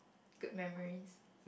good memories